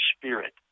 spirit